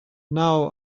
now